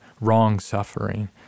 wrong-suffering